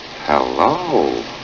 Hello